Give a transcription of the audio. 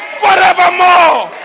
forevermore